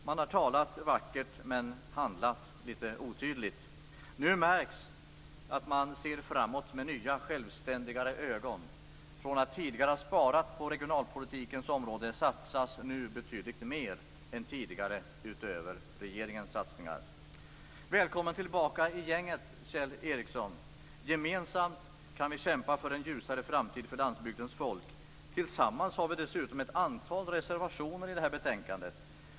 Man har talat vackert men handlat litet otydligt. Nu märks det att man ser framåt med nya självständigare ögon. Efter att tidigare ha sparat på regionalpolitikens område satsas det nu betydligt mer än tidigare utöver regeringens satsningar. Välkommen tillbaka i gänget, Kjell Ericsson! Gemensamt kan vi kämpa för en ljusare framtid för landsbygdens folk. Tillsammans har vi dessutom ett antal reservationer i det här betänkandet.